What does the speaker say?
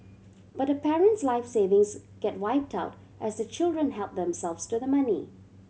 but the parent's life savings get wiped out as the children help themselves to the money